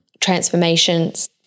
transformations